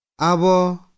Abo